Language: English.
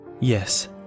Yes